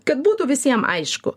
kad būtų visiem aišku